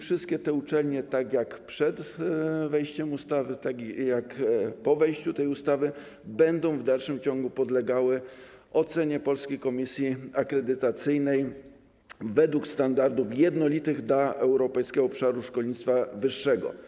Wszystkie te uczelnie - zarówno przed wejściem ustawy, jak i po jej wejściu w życie - będą w dalszym ciągu podlegały ocenie Polskiej Komisji Akredytacyjnej według standardów jednolitych dla europejskiego obszaru szkolnictwa wyższego.